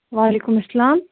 وعلیکُم السلام